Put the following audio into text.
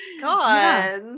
god